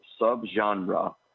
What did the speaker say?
subgenre